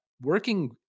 working